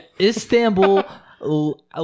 Istanbul